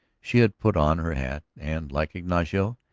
she had put on her hat and, like ignacio,